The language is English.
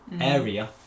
area